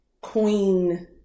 Queen